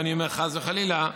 ואני אומר חס וחלילה,